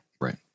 right